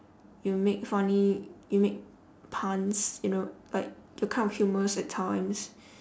you make funny you make puns you know like you're kind of humurous at times